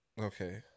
okay